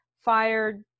fired –